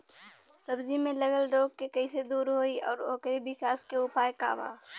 सब्जी में लगल रोग के कइसे दूर होयी और ओकरे विकास के उपाय का बा?